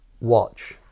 watch